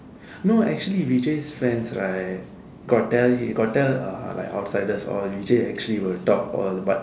no actually Vijay's friends right got tell he got tell like uh like outsiders orh Vijay actually will talk but